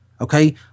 okay